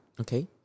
Okay